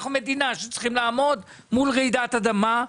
אנחנו מדינה שצריכה לעמוד מול רעידת אדמה.